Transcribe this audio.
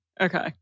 Okay